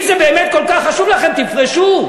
אם זה באמת כל כך חשוב לכם, תפרשו.